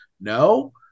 No